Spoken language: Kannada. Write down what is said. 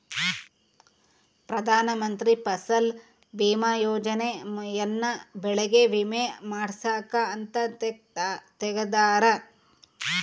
ಪ್ರಧಾನ ಮಂತ್ರಿ ಫಸಲ್ ಬಿಮಾ ಯೋಜನೆ ಯನ್ನ ಬೆಳೆಗೆ ವಿಮೆ ಮಾಡ್ಸಾಕ್ ಅಂತ ತೆಗ್ದಾರ